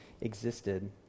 existed